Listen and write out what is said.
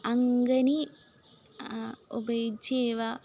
अङ्कणी उपयुज्यैव